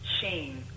Shane